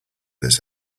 this